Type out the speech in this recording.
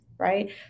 Right